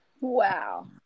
Wow